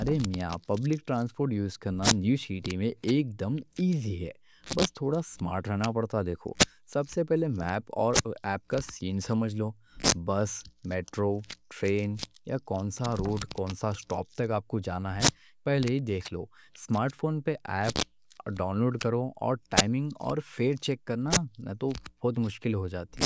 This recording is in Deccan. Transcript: ارے میاں، پبلک ٹرانسپورٹ یوز کرنا نیو سِٹی میں ایک دم ایزی ہے۔ بس تھوڑا سمارٹ رہنا پڑتا، دیکھو سب سے پہلے میپ اور ایپ کا سین سمجھ لو۔ میٹرو، ٹرین یا کونسا روٹ کونسا سٹاپ تک آپ کوں جانا ہے پہلے ہی دیکھ لو۔ سمارٹ فون پر ایپ ڈاؤنلوڈ کرو اور ٹائمنگ اور فیئر چیک کرنا تو بہت مشکل ہو جاتی۔